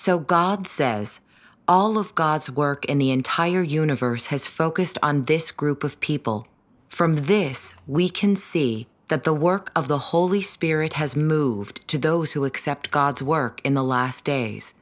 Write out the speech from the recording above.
so god says all of god's work in the entire universe has focused on this group of people from this we can see that the work of the holy spirit has moved to those who accept god's work in the last days